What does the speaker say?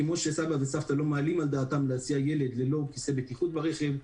כמו שסבא וסבתא לא מעלים על דעתם להסיע ילד ללא כיסא בטיחות ברכב,